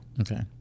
Okay